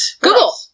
Google